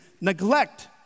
neglect